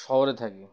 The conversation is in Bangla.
শহরে থাকি